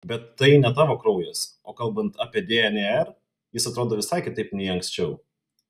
bet tai ne tavo kraujas o kalbant apie dnr jis atrodo visai kitaip nei anksčiau